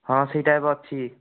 ହଁ ସେଇଟା ଏବେ ଅଛି